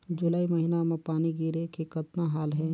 जुलाई महीना म पानी गिरे के कतना हाल हे?